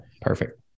Perfect